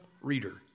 reader